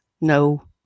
no